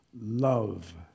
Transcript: love